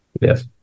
yes